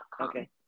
Okay